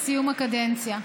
בסיום הקדנציה.